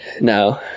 no